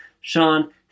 Sean